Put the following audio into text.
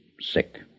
sick